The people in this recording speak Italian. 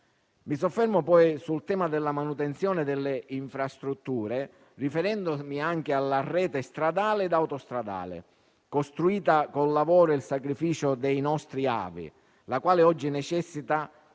Mi soffermo sul tema della manutenzione delle infrastrutture riferendomi anche alla rete stradale e autostradale, costruita con il lavoro e il sacrificio dei nostri avi. Tale rete oggi necessita